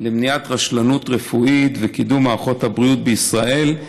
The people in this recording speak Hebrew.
למניעת רשלנות רפואית ולקידום מערכות הבריאות במדינת ישראל.